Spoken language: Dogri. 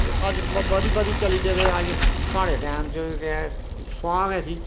हुंदा ओह् ते अज्ज बधी बधी चली पेदे अज्ज स्हाड़े टैम च केह् ऐ सुआह् गै ही